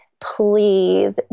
please